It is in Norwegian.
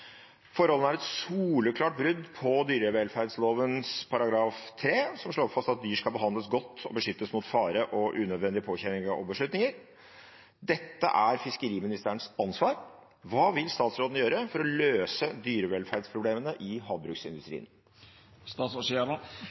Forholdene er et klart brudd på dyrevelferdsloven § 3, som slår fast at «Dyr skal behandles godt og beskyttes mot fare for unødige påkjenninger og belastninger». Hva vil statsråden gjøre for å løse dyrevelferdsproblemene i